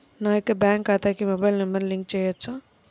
నా యొక్క బ్యాంక్ ఖాతాకి మొబైల్ నంబర్ లింక్ చేయవచ్చా?